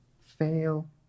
Fail